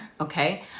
okay